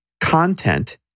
content